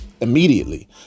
immediately